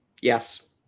Yes